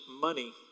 money